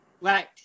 Right